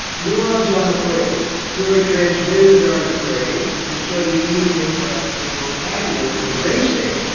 neurons aren't afraid, neurotransmitters aren't afraid and so you need to make up a vocabulary for the brain state.